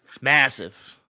Massive